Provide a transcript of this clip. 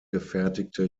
gefertigte